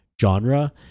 genre